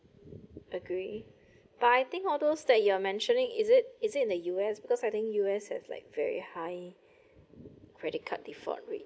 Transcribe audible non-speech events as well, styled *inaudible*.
agree *breath* but I think all those that you are mentioning is it is it in the U_S because I think U_S has like very high *breath* credit card default rate